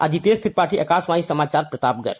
अजितेश त्रिपाठी आकाशवाणी समाचार प्रतापगढ़